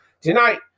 tonight